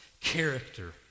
Character